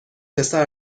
پسر